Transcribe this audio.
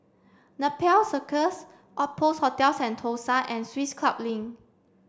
Nepal Circus Outpost Hotel Sentosa and Swiss Club Link